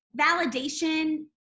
validation